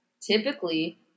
typically